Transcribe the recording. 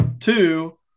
Two